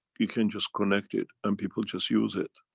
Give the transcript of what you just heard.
you can just connect it and people just use it.